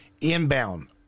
inbound